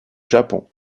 japon